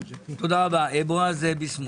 חבר הכנסת בועז ביסמוט,